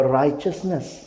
righteousness